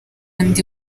ndi